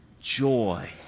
joy